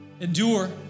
Endure